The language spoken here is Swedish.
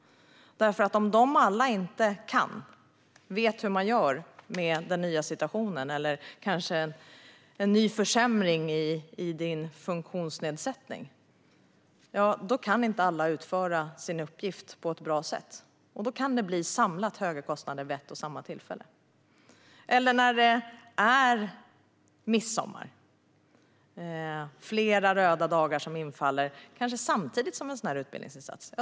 Om de inte alla kan och vet hur man gör i den nya situationen eller när det gäller en ny försämring i din funktionsnedsättning kan inte alla utföra sin uppgift på ett bra sätt. Då kan det bli samlade höga kostnader vid ett och samma tillfälle. Det kan också handla om att det är midsommar eller att flera röda dagar infaller samtidigt med en sådan utbildningsinsats.